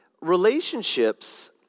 relationships